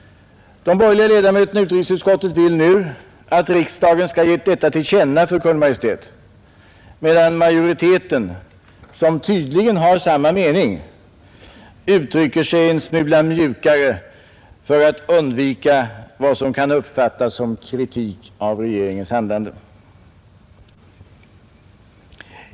De borgerliga ledamöterna i utrikesutskottet vill nu att riksdagen skall ge detta till känna för Kungl. Maj:t medan majoriteten — som tydligen har samma mening — uttrycker sig en smula mjukare för att undvika vad som kan uppfattas som kritik av regeringens handlande.